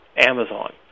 Amazon